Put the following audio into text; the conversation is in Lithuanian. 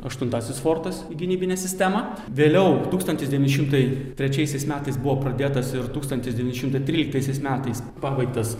aštuntasis fortas gynybinė sistema vėliau tūkstantis devyni šimtai trečiaisiais metais buvo pradėtas ir tūkstantis devyni šimtai tryliktaisiais metais pabaigtas